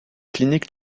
cliniques